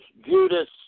Judas